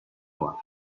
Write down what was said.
var